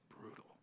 brutal